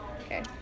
Okay